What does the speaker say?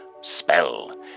spell